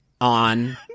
on